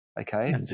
okay